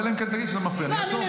אלא אם כן תגיד שזה מפריע ואני אעצור.